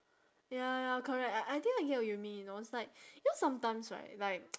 ya ya correct I I think I get what you mean you know it's like you know sometimes right like